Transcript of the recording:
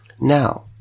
Now